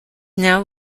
now